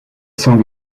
song